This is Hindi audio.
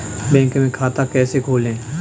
बैंक में खाता कैसे खोलें?